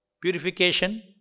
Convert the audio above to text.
purification